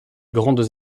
grandes